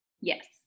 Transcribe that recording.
Yes